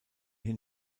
hin